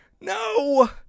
No